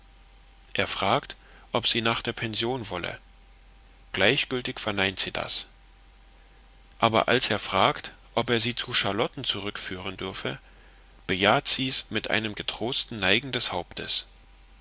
er fragt ob sie nach der pension wolle gleichgültig verneint sie das aber als er fragt ob er sie zu charlotten zurückführen dürfe bejaht sies mit einem getrosten neigen des hauptes